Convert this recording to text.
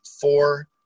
four